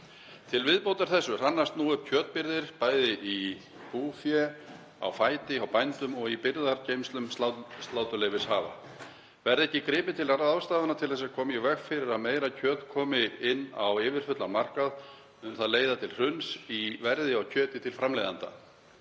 Til viðbótar því hrannast nú upp kjötbirgðir bæði í búfé á fæti hjá bændum og í birgðageymslum sláturleyfishafa. Verði ekki gripið til ráðstafana til að koma í veg fyrir að meira kjöt komi inn á yfirfullan markað mun það leiða til hruns í verði á kjöti til framleiðenda.